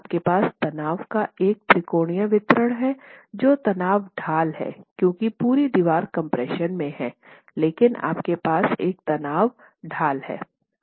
आपके पास तनाव का एक त्रिकोणीय वितरण है जो तनाव ढाल हैं क्योंकि पूरी दीवार कम्प्रेशन में है लेकिन आपके पास एक तनाव ढाल है